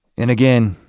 and again,